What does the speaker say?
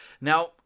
Now